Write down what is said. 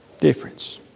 Difference